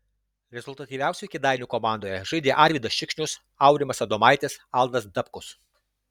rezultatyviausiai kėdainių komandoje žaidė arvydas šikšnius aurimas adomaitis aldas dabkus